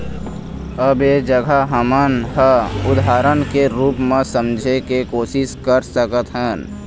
अब ऐ जघा हमन ह उदाहरन के रुप म समझे के कोशिस कर सकत हन